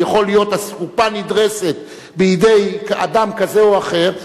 יכול להיות אסקופה נדרסת בידי אדם כזה או אחר,